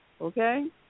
okay